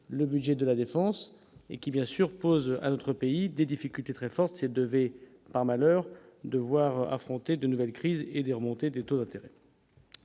le budget de la défense et qui, bien sûr, pose à notre pays des difficultés très forte et devait par malheur devoir affronter de nouvelles crises et des remontées des taux d'intérêt